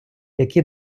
який